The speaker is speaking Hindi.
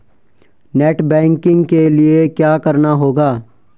नेट बैंकिंग के लिए क्या करना होगा?